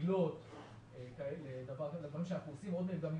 במקביל לתהליך שאנחנו מדברים כאן מתרחש תהליך אחר.